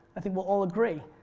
i think we'll all agree.